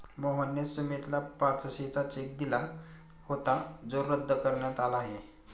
मोहनने सुमितला पाचशेचा चेक दिला होता जो रद्द करण्यात आला आहे